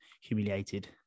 humiliated